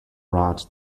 rot